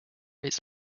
its